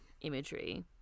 imagery